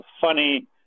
funny